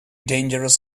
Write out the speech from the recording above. dangerous